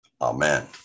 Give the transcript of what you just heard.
Amen